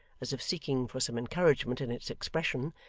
as if seeking for some encouragement in its expression,